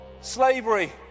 Slavery